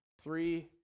Three